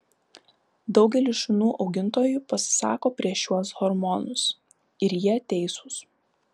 daugelis šunų augintojų pasisako prieš šiuos hormonus ir jie teisūs